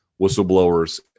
whistleblowers